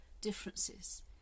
differences